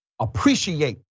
appreciate